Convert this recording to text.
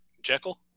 Jekyll